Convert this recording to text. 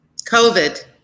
COVID